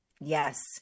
Yes